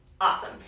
Awesome